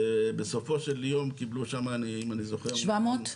בסופו של יום קיבלו שם אם אני זוכר נכון --- 700?